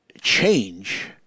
change